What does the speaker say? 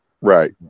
Right